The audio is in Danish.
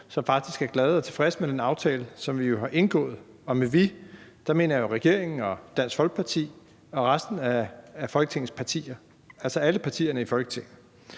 som faktisk er glade og tilfredse med den aftale, som vi jo har indgået – og med »vi« mener jeg regeringen og Dansk Folkeparti og resten af Folketingets partier, altså alle partierne i Folketinget.